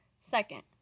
Second